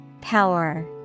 Power